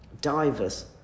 divers